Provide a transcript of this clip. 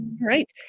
right